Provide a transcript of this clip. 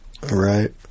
Right